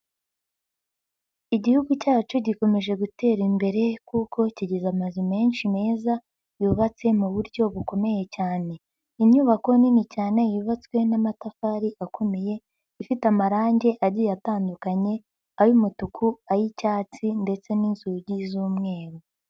Igihugu cyacu gikomeje gutera imbere kuko kigize amazu menshi meza yubatse mu buryo bukomeye cyane, inyubako nini cyane yubatswe n'amatafari akomeye, ifite amarange agiye atandukanye, ay'umutuku, ay'icyatsi ndetse n'inzugi z'umweru.